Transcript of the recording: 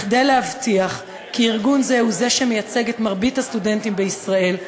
כדי להבטיח כי ארגון זה הוא שמייצג את מרבית הסטודנטים בישראל,